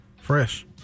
Fresh